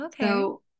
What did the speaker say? Okay